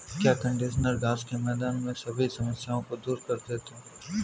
क्या कंडीशनर घास के मैदान में सभी समस्याओं को दूर कर देते हैं?